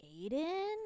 aiden